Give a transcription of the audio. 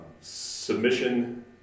submission